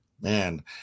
man